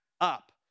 up